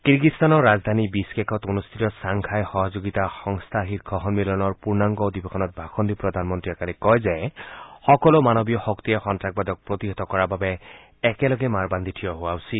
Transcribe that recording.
কিৰ্গিস্তানৰ ৰাজধানী বিছকেকত অনুষ্ঠিত ছাংঘাই সহযোগিতা সংস্থা শীৰ্ষ সন্মিলনৰ পূৰ্ণাংগ অধিৱেশনত ভাষণ দি প্ৰধানমন্ত্ৰীয়ে কয় যে সকলো মানৱীয় শক্তিয়ে সন্তাসবাদক প্ৰতিহত কৰাৰ বাবে একেলগে মাৰ বাদ্ধি থিয় দিয়া উচিত